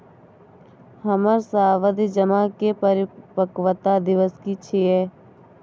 हमर सावधि जमा के परिपक्वता दिवस की छियै?